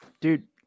Dude